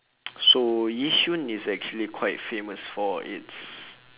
so yishun is actually quite famous for its